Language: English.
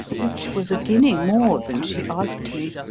which was a guinea more than she asked me,